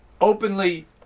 openly